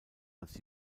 als